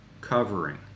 covering